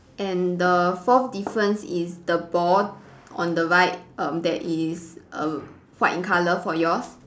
and the fourth difference is the ball on the right um there is a white in colour for yours